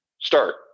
start